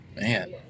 Man